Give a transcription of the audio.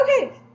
Okay